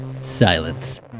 Silence